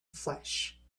flesh